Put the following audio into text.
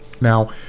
Now